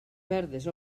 verdes